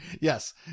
Yes